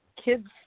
kids